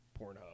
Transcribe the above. Pornhub